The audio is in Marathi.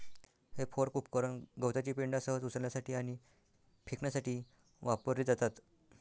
हे फोर्क उपकरण गवताची पेंढा सहज उचलण्यासाठी आणि फेकण्यासाठी वापरली जातात